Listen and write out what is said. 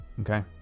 Okay